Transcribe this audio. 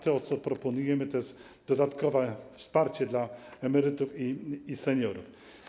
To, co proponujemy, to jest dodatkowe wsparcie dla emerytów i seniorów.